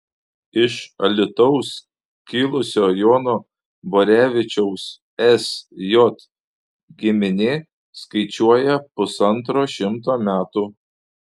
iš alytaus kilusio jono borevičiaus sj giminė skaičiuoja pusantro šimto metų